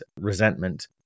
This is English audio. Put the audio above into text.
resentment